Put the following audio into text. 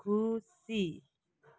खुसी